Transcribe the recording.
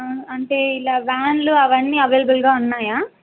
అంటే ఇలా వ్యాన్లు అవన్నీ అవైలబుల్గా ఉన్నాయా